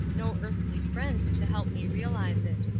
no earthly friend to help me realize it.